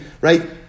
right